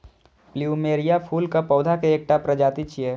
plumeria फूलक पौधा के एकटा प्रजाति छियै